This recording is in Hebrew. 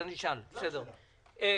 בבקשה.